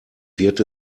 wird